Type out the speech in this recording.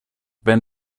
wenn